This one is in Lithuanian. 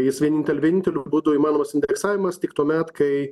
jis vieninteliu vieninteliu būdu įmanomas indeksavimas tik tuomet kai